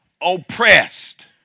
oppressed